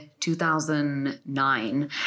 2009